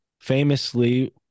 famously